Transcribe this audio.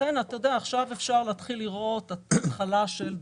לכן עכשיו אפשר להתחיל לראות התחלה של דברים.